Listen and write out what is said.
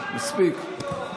מספיק.